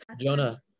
Jonah